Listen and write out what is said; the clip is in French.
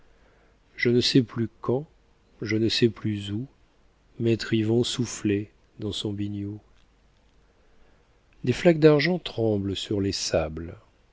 je ne sais plus quand je ne sais plus où maître yvon soufflait dans son biniou des flaques d'argent tremblent sur les sables